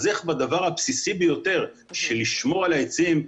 אז איך בדבר הבסיסי ביותר של שמירה על העצים,